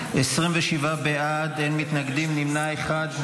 27 בעד, אין מתנגדים, נמנע אחד.